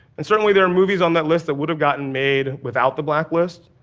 and certainly, there are movies on that list that would have gotten made without the black list,